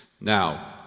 Now